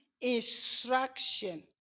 instruction